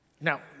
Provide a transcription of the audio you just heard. Now